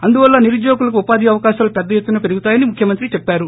అందువల్ల నిరుద్యోగులక ఉపాధి అవకాశాలు పెద్ద ఎత్తున పెరుగుతాయని ముఖ్యమంత్రి చెప్పారు